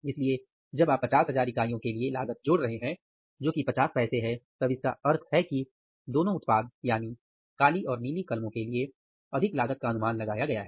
इसलिए जब आप 50000 इकाइयों के लिए लागत जोड़ रहे हैं जो कि 50 पैसे हैं तब इसका अर्थ है कि दोनों उत्पाद यानी काली और नीली कलमों के लिए अधिक लागत का अनुमान लगाया गया है